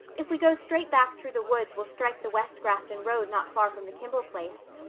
if we go straight back through the woods we'll strike the west grafton road not far from the kimball place.